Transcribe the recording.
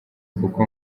kuko